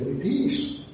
peace